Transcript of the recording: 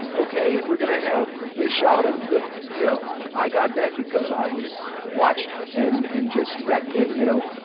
ok, and we're going to have the shot of the no. i got that because i was watching. and and just back then, you know,